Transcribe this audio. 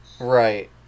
Right